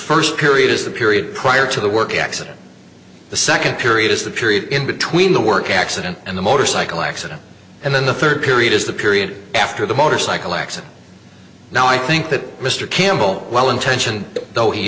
first period is the period prior to the work accident the second period is the period in between the work accident and the motorcycle accident and then the third period is the period after the motorcycle accident now i think that mr campbell well intentioned though he